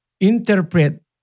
interpret